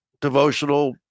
devotional